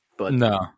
No